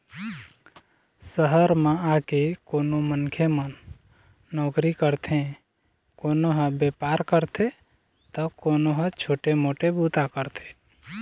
सहर म आके कोनो मनखे मन नउकरी करथे, कोनो ह बेपार करथे त कोनो ह छोटे मोटे बूता करथे